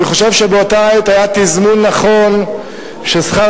אני חושב שבאותה העת היה תזמון נכון ששכר